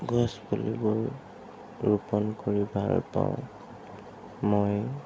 গছ পুলিবোৰ ৰোপণ কৰি ভাল পাওঁ মই